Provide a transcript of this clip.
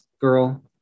girl